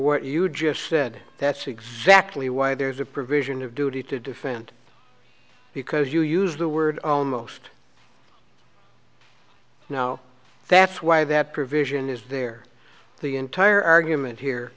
what you just said that's exactly why there's a provision of duty to defend because you use the word almost now that's why that provision is there the entire argument here